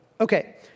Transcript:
Okay